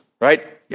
right